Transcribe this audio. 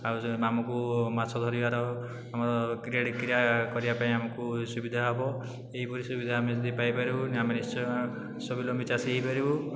ଆଉ ଯେଉଁ ଆମକୁ ମାଛ ଧରିବାର ଆମର କିରାଡ଼ି କ୍ରିୟା କରିବା ପାଇଁ ଆମକୁ ସୁବିଧା ହେବ ଏହିପରି ସୁବିଧା ଆମେ ଯଦି ପାଇପାରିବୁ ଆମେ ନିଶ୍ଚୟ ସ୍ୱବାଲମ୍ବି ଚାଷୀ ହୋଇପାରିବୁ